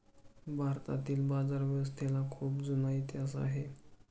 भारतातील बाजारव्यवस्थेला खूप जुना इतिहास आहे